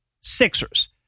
Sixers